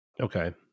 Okay